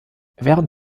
während